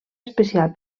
especial